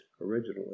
originally